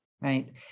Right